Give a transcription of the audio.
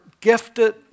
gifted